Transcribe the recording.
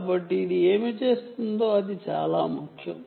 కాబట్టి ఇది ఏమి చేస్తుందో అది చాలా ముఖ్యం